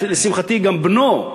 לשמחתי, גם בנו,